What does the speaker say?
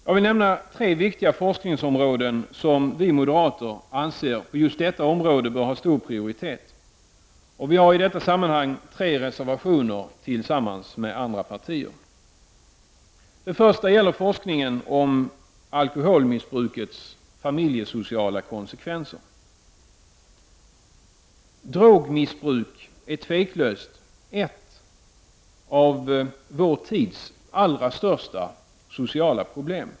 Jag vill nämna tre viktiga forskningsområden som vi moderater anser bör ha stor prioritet. Och vi har i detta sammanhang tre reservationer tillsammans med andra partier. Det första gäller forskningen om alkoholmissbrukets familjesociala konsekvenser. Drogmissbruk är tveklöst ett av vår tids största sociala problem.